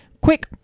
quick